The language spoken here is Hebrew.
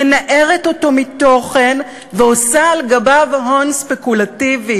מנערת אותו מתוכן ועושה על גביו הון ספקולטיבי,